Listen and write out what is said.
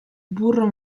burro